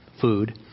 food